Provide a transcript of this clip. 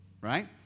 right